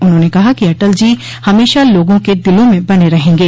उन्होंने कहा कि अटल जी हमेशा लोगों के दिलों में बने रहेंगे